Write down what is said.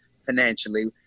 financially